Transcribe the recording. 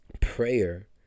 prayer